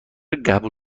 قبول